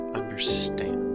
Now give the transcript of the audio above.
understand